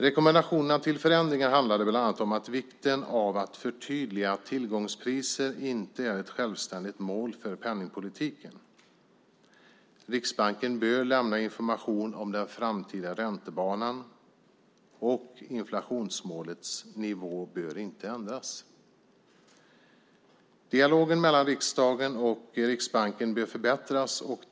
Rekommendationer till förändringar handlade bland annat om vikten av att förtydliga att tillgångspriser inte är ett självständigt mål för penningpolitiken. Riksbanken bör lämna information om den framtida räntebanan, och inflationsmålets nivå bör inte ändras. Dialogen mellan riksdagen och Riksbanken bör förbättras.